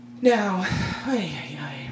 Now